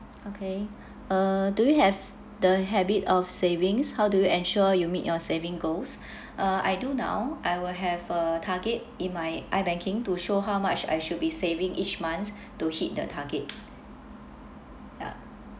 okay uh do you have the habit of savings how do you ensure you meet your saving goals uh I do now I will have a target in my ibanking to show how much I should be saving each month to hit the target ya